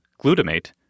glutamate